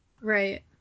Right